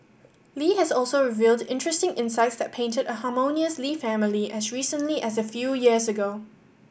Lee has also revealed interesting insights that painted a harmonious Lee family as recently as a few years ago